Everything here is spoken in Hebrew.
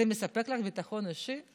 זה מספק לך ביטחון אישי?